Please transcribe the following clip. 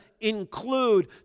include